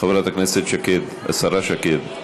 חברת הכנסת שקד השרה שקד.